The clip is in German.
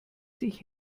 sich